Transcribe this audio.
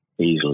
easily